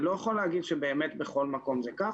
אני לא יכול להגיד שבאמת בכל מקום זה כך.